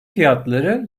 fiyatları